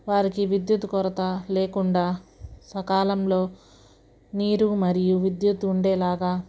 వారికి విద్యుత్ కొరత లేకుండా సకాలంలో నీరు మరియు విద్యుత్ ఉండేలాగా